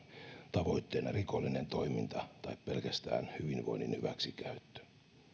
tavoitteena rikollinen toiminta tai pelkästään hyvinvoinnin hyväksikäyttö